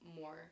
more